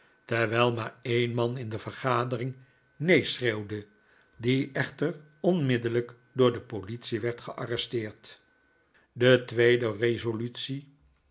terwijl maar een man in de vergadering neen schreeuwde die echter onmiddellijk door de politie werd gearresteerd de tweede resolutie